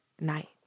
Night